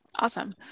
Awesome